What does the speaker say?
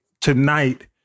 tonight